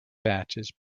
batches